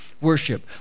worship